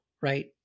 Right